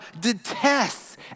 detests